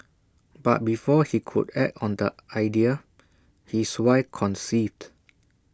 but before he could act on the idea his wife conceived